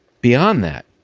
beyond that,